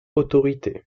autorité